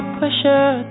pressure